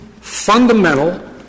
fundamental